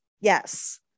yes